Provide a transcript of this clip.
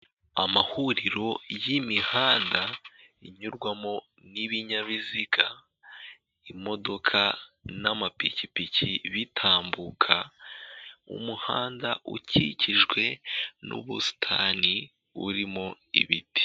Amahuriro y'imihanda inyurwamo n'ibinyabiziga, imodoka n'amapikipiki bitambuka, umuhanda ukikijwe n'ubusitani burimo ibiti.